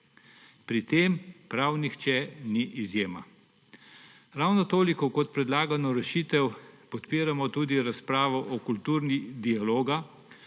Pri tem prav nihče ni izjema. Ravno toliko kot predlagano rešitev podpiramo tudi razpravo o kulturi dialoga,